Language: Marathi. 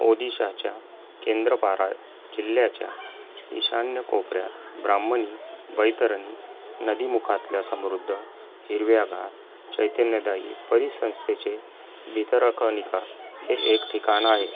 ओडिशाच्या केंद्रपारा जिल्ह्याच्या ईशान्य कोपऱ्यात ब्राह्मनी बैतरनी नदीमुखातल्या समृद्ध हिरव्यागार चैतन्यदायी परिसंस्थेचे भितरकनिका हे एक ठिकाण आहे